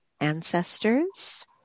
ancestors